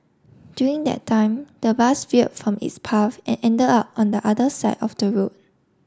during that time the bus veered from its path and ended up on the other side of the road